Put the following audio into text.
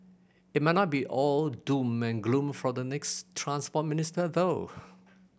it might not be all doom and gloom for the next Transport Minister though